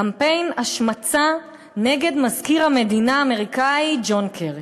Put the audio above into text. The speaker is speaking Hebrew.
קמפיין השמצה נגד מזכיר המדינה האמריקני ג'ון קרי.